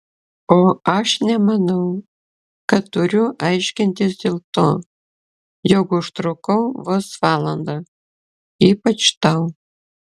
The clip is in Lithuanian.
o aš nemanau kad turiu aiškintis dėl to jog užtrukau vos valandą ypač tau